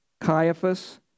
Caiaphas